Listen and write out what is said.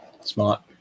Smart